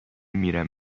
میرم